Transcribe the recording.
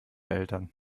eltern